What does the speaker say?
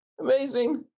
Amazing